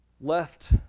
left